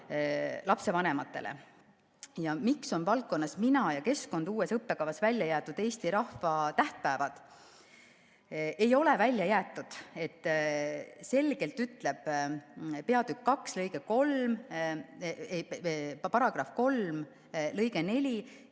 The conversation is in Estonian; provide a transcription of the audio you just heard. lapsevanematele. "Miks on valdkonnastMina ja keskkonduues õppekavas välja jäetud eesti rahva tähtpäevad?" Ei ole välja jäetud. Selgelt ütleb peatükk 2 § 3 lõige 4: